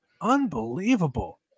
Unbelievable